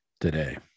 today